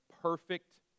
perfect